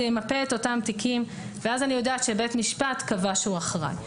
זה ימצא את אותם תיקים ואז אני יודעת שבית משפט קבע שהוא אחראי.